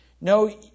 No